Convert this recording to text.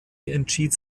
entschied